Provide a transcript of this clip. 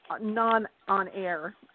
non-on-air